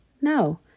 No